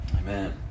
Amen